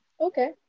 Okay